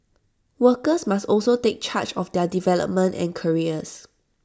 workers must also take charge of their development and careers